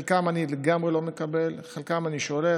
את חלקן אני לגמרי לא מקבל, את חלקן אני שולל.